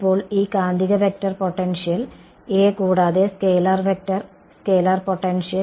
ഇപ്പോൾ ഈ കാന്തിക വെക്റ്റർ പൊട്ടൻഷ്യൽ A കൂടാതെ സ്കെലാർ വെക്റ്റർ സ്കെലാർ പൊട്ടൻഷ്യൽ